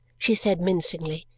she said mincingly.